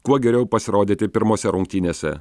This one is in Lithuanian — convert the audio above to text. kuo geriau pasirodyti pirmose rungtynėse